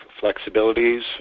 flexibilities